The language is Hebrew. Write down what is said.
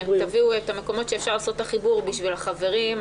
תביאו את המקומות שאפשר לעשות חיבור בשביל החברים,